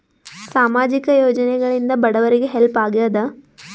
ಸಾಮಾಜಿಕ ಯೋಜನೆಗಳಿಂದ ಬಡವರಿಗೆ ಹೆಲ್ಪ್ ಆಗ್ಯಾದ?